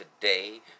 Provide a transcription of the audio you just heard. today